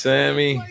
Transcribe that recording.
Sammy